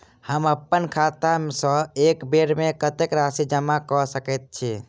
हम अप्पन खाता सँ एक बेर मे कत्तेक राशि जमा कऽ सकैत छी?